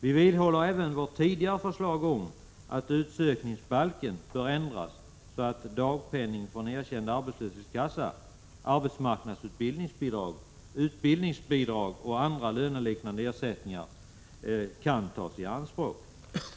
Vi vidhåller även vårt tidigare förslag om att utsökningsbalken bör ändras, så att dagpenning från erkänd arbetslöshetskassa, arbetsmarknadsutbildningsbidrag, utbildningsbidrag och andra löneliknande ersättningar kan tas i anspråk.